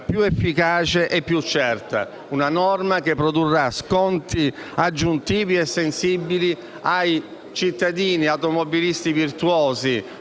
più efficace e più certa. Una norma che produrrà sconti aggiuntivi e sensibili ai cittadini automobilisti virtuosi